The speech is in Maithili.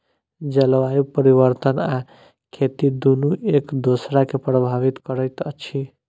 जलवायु परिवर्तन आ खेती दुनू एक दोसरा के प्रभावित करैत अछि